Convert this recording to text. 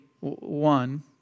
one